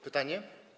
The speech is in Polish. Pytanie?